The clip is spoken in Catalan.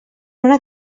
una